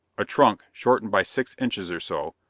a trunk, shortened by six inches or so,